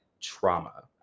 trauma